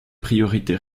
priorités